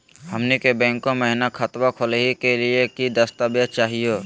हमनी के बैंको महिना खतवा खोलही के लिए कि कि दस्तावेज चाहीयो?